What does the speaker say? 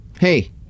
Hey